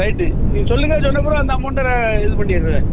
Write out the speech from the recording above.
right நீங்கள் சொல்லுங்கள் சொன்ன அப்புறம் அந்த அமௌண்ட்டை நான் இது பண்ணிடுறேன்